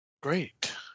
Great